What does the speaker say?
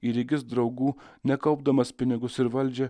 ir įgis draugų nekaupdamas pinigus ir valdžią